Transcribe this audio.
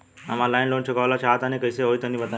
हम online loan चुकावल चाहऽ तनि कइसे होई तनि बताई?